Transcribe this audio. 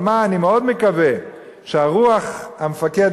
אבל אני מאוד מקווה שרוח המפקד,